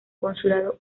consulado